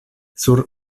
sur